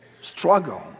struggle